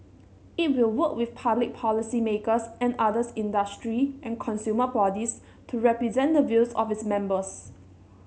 it will work with public policymakers and others industry and consumer bodies to represent the views of its members